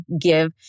give